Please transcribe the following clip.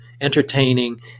entertaining